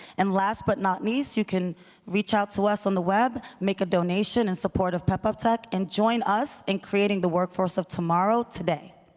and last but not least, you can reach out to us on the web, make a donation in support of pepup tech, and join us in creating the workforce of tomorrow today,